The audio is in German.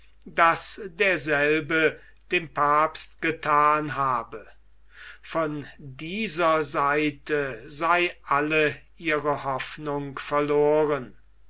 das derselbe dem papst gethan habe von dieser seite sei alle ihre hoffnung verloren